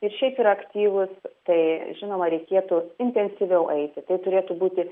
ir šiaip yra aktyvūs tai žinoma reikėtų intensyviau eiti tai turėtų būti